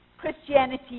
Christianity